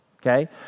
Okay